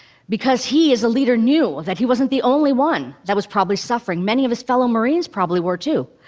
because he, as a leader, knew that he wasn't the only one that was probably suffering many of his fellow marines probably were, too.